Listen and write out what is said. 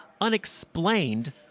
unexplained